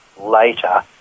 later